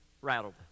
Rattled